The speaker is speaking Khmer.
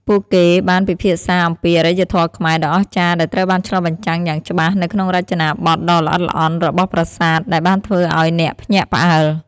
ពួកគេបានពិភាក្សាអំពីអរិយធម៌ខ្មែរដ៏អស្ចារ្យដែលត្រូវបានឆ្លុះបញ្ចាំងយ៉ាងច្បាស់នៅក្នុងរចនាបថដ៏ល្អិតល្អន់របស់ប្រាសាទ ដែលបានធ្វើឱ្យអ្នកភ្ញាក់ផ្អើល។